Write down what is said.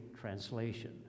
translation